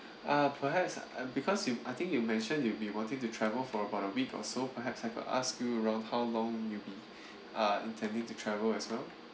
uh perhaps uh because you I think you mentioned you'll be wanting to travel for about a week or so perhaps I could ask you around how long you'll be uh intending to travel as well